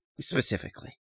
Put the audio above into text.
specifically